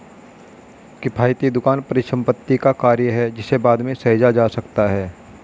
किफ़ायती दुकान परिसंपत्ति का कार्य है जिसे बाद में सहेजा जा सकता है